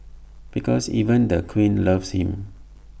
because even the queen loves him